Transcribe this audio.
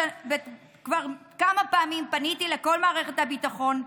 כבר כמה פעמים פניתי לכל מערכת הביטחון,